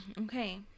Okay